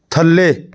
ਥੱਲੇ